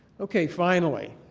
okay. finally,